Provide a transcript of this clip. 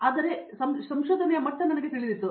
ಆದರೆ ಯಾವ ಸಂಶೋಧನೆಯು ನನಗೆ ತಿಳಿದಿತ್ತು